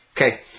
Okay